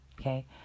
Okay